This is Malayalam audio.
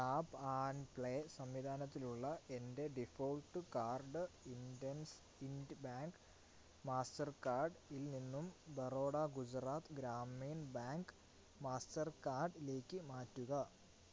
ടാപ്പ് ആൻഡ് പ്ലേ സംവിധാനത്തിലുള്ള എൻ്റെ default card IndusInd bank master card ഇൽ നിന്നും Baroda Gujarat Gramin bank master card ഇലേക്ക് മാറ്റുക